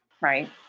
right